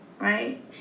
right